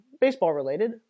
Baseball-related